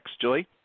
Julie